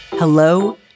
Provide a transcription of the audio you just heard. Hello